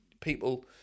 people